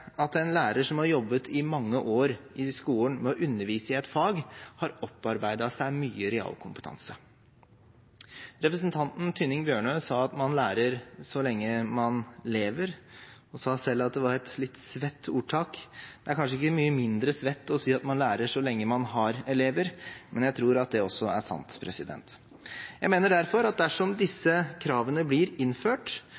at en lærer som har jobbet i mange år i skolen med å undervise i et fag, har opparbeidet seg mye realkompetanse. Representanten Tynning Bjørnø sa at man lærer så lenge man lever, og sa selv at det var et litt «svett» ordtak. Det er kanskje ikke mye mindre «svett» å si at man lærer så lenge man har elever, men jeg tror at det også er sant. Jeg mener derfor at dersom disse kravene blir innført,